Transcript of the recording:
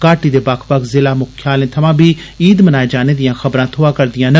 घाटी दे बक्ख बक्ख जिला मुख्यालयें थमां बी ईद मनाए जाने दियां खबरां थ्होआं करदियां न